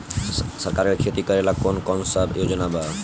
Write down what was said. सरकार के खेती करेला कौन कौनसा योजना बा?